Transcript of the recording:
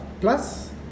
plus